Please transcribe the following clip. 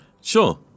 Sure